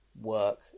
work